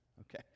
okay